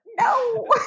no